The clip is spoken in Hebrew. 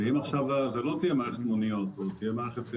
ואם זאת לא תהיה מערכת מוניות אלא מערכת שליחים,